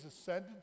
ascended